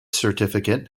certificate